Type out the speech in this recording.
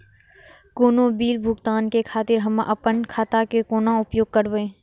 कोनो बील भुगतान के खातिर हम आपन खाता के कोना उपयोग करबै?